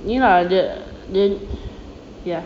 ni lah dia dia ya